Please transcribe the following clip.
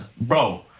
Bro